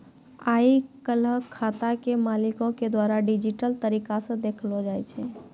आइ काल्हि खाता के मालिको के द्वारा डिजिटल तरिका से देखलो जाय छै